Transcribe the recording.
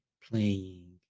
playing